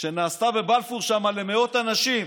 שנעשתה בבלפור למאות אנשים,